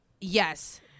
yes